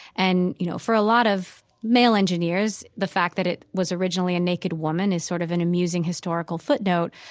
and, you know, for a lot of male engineers, the fact that it was originally a naked woman is sort of an amusing historical footnote.